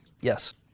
Yes